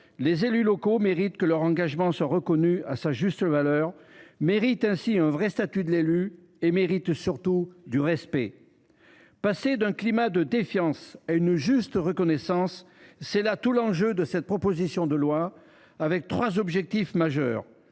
les élus locaux méritent que leur engagement soit reconnu à sa juste valeur. Ils méritent un véritable statut de l’élu – ils méritent surtout du respect. Passer d’un climat de défiance à une juste reconnaissance, c’est là tout l’enjeu de cette proposition de loi, que motivent trois objectifs majeurs